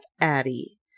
Addie